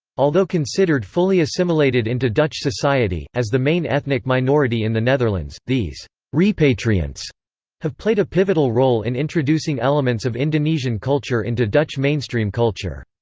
although considered fully assimilated into dutch society, as the main ethnic minority in the netherlands, these repatriants have played a pivotal role in introducing elements of indonesian culture into dutch mainstream culture.